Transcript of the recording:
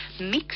Mix